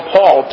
Paul